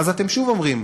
ואז אתם שוב אומרים: